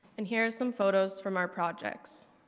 and here are some photos from our projects.